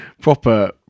proper